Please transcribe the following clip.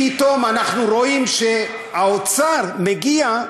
פתאום אנחנו רואים שהאוצר מגיע,